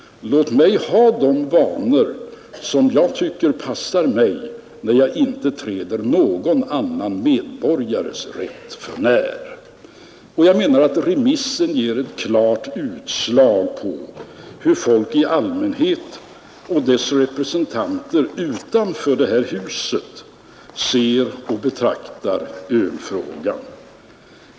Låt mig ha de vanor som jag tycker passar mig, när jag inte träder någon annan medborgares rätt för nära. Jag menar att remissen ger ett klart utslag på hur folk i allmänhet och dess representanter utanför detta hus ser på ölfrågan.